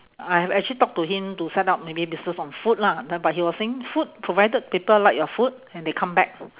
I have actually talked to him to set up maybe business on food lah but but he was saying food provided people like your food and they come back